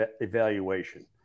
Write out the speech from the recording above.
evaluation